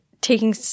taking